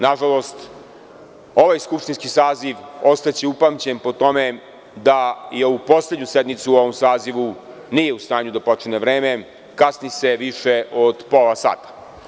Nažalost, ovaj skupštinski saziv ostaće upamćen po tome da poslednju sednicu u ovom sazivu nije u stanju da počne na vreme, kasni se više od pola sata.